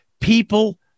People